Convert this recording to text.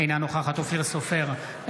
אינה נוכחת אופיר סופר,